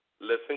Listen